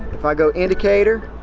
if i go indicator,